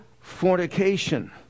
fornication